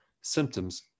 symptoms